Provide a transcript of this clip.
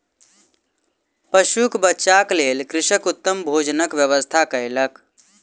पशुक बच्चाक लेल कृषक उत्तम भोजनक व्यवस्था कयलक